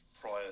prior